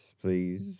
Please